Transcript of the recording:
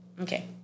okay